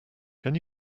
can